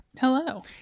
hello